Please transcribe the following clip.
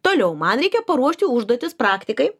toliau man reikia paruošti užduotis praktikai